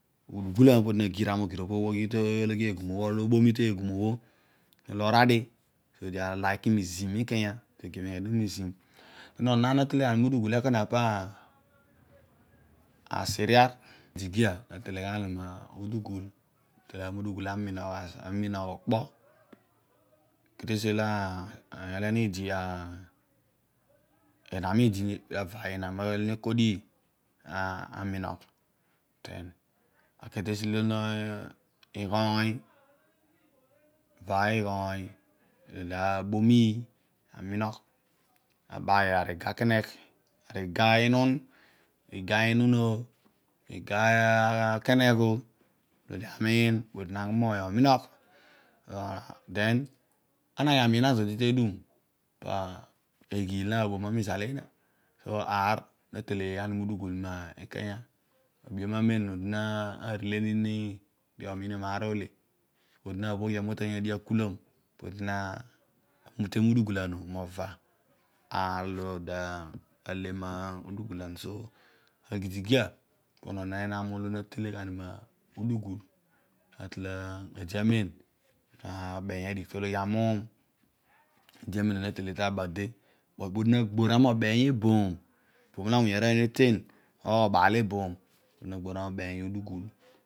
Udugulaan pobho odi na gir gha mogir obho oghi tegum orol obomi tegum bho, orol oradi ezo odi aliki mizim mikanya odi ogemiom gha dio mozim den onon aar olo nale na mudugul pa asi raar agidigia natele gha ni mudugul notele gha mudugul aminogh okpo, kesi tesi olo inam idi nekodii aminogh, ighoony, avaay ighoony, olo odi tabomiiy aminoghi abayogh ari iga akenegh, iga inum, iga inun oh, iga akenegh oh adi amiin podi naki moghi ominogh, den ana agh amiin zodi tedum, pa eghiil na boma mibal eena, so aar na telee yoghani mudugul mikanya ebuyom amen odi narele nini odi omiin maar ote, odi nabho ghia metaany abeeny adigh tologhi amuum ede amen ana natele ta ba de but poodi nebor gha mobiiny ebom mulugulaan, eboom olo awuny arooy neten or obaal eboom odi nagbor na beeny odugul.